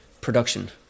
production